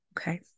okay